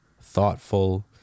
thoughtful